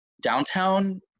downtown